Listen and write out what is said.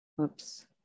Oops